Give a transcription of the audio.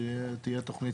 שתהיה תוכנית